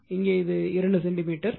இங்கே இது 2 சென்டிமீட்டர் ஆகும்